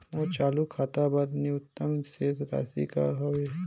मोर चालू खाता बर न्यूनतम शेष राशि का हवे?